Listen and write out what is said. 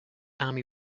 army